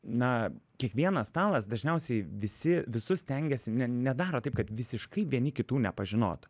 na kiekvienas stalas dažniausiai visi visus stengiasi ne nedaro taip kad visiškai vieni kitų nepažinotų